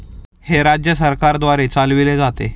हे राज्य सरकारद्वारे चालविले जाते